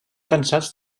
cansats